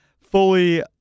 fully